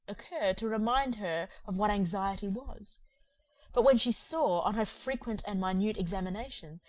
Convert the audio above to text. occur to remind her of what anxiety was but when she saw, on her frequent and minute examination,